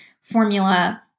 formula